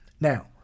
Now